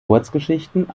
kurzgeschichten